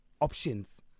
options